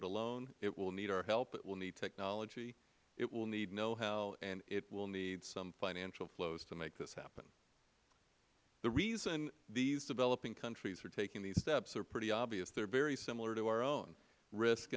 it alone it will need our help it will need technology it will need know how and it will need some financial flows to make this happen the reason these developing countries are taking these steps are pretty obvious they are very similar to our own risk